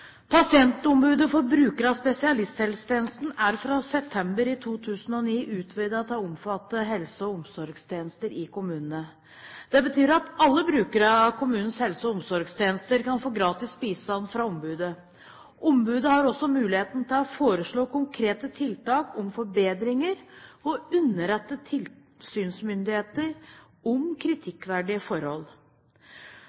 Pasientombudet for brukere av spesialisthelsetjenesten er fra september 2009 utvidet til å omfatte helse- og omsorgstjenester i kommunene. Det betyr at alle brukere av kommunenes helse- og omsorgstjenester kan få gratis bistand fra ombudet. Ombudet har også muligheten til å foreslå konkrete tiltak om forbedringer og underrette tilsynsmyndighetene om